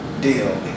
Deal